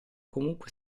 comunque